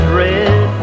red